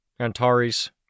Antares